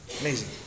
Amazing